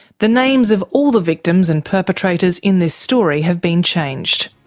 the names of all the victims and perpetrators in this story have been changed.